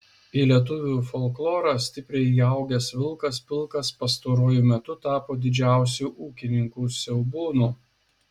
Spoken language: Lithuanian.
į lietuvių folklorą stipriai įaugęs vilkas pilkas pastaruoju metu tapo didžiausiu ūkininkų siaubūnu